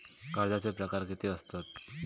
कर्जाचे प्रकार कीती असतत?